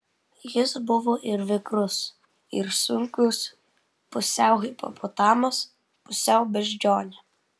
jis buvo ir vikrus ir sunkus pusiau hipopotamas pusiau beždžionė